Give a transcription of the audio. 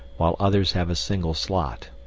while others have a single slot.